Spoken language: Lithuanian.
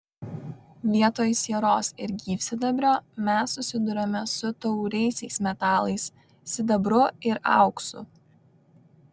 vietoj sieros ir gyvsidabrio mes susiduriame su tauriaisiais metalais sidabru ir auksu